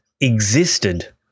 existed